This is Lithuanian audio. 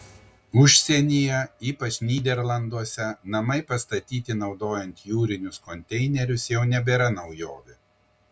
užsienyje ypač nyderlanduose namai pastatyti naudojant jūrinius konteinerius jau nebėra naujovė